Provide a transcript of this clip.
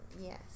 Yes